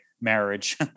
marriage